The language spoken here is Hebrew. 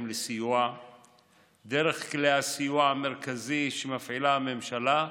לסיוע דרך כלי הסיוע המרכזי שמפעילה הממשלה,